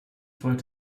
freut